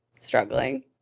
struggling